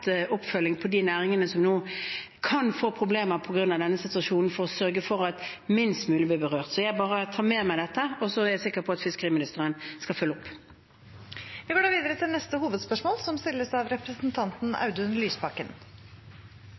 oppfølging for de næringene som nå kan få problemer på grunn av denne situasjonen, for å sørge for at minst mulig blir berørt. Jeg tar bare med meg dette, og så er jeg sikker på at fiskeriministeren skal følge opp. Vi går videre til neste hovedspørsmål.